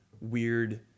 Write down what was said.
weird